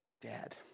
Dad